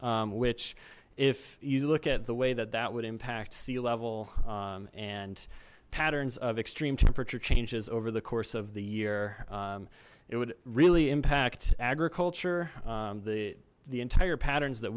which if you look at the way that that would impact sea level and patterns of extreme temperature changes over the course of the year it would really impact agriculture the the entire patterns that